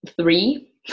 three